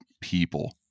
people